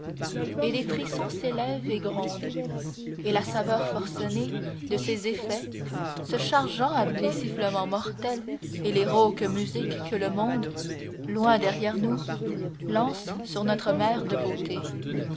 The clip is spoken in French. et les frissons s'élèvent et grondent et la saveur forcenée de ces effets se chargeant avec les sifflements mortels et les rauques musiques que le monde loin derrière nous lance sur notre mère de beauté